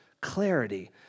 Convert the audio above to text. clarity